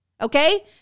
Okay